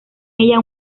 ella